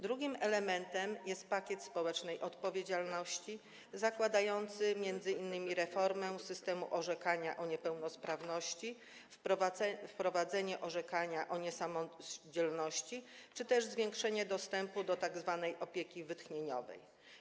Drugim elementem jest pakiet społecznej odpowiedzialności, zakładający m.in. reformę systemu orzekania o niepełnosprawności, wprowadzenie orzekania o niesamodzielności czy też zwiększenie dostępu do tzw. opieki wytchnieniowej.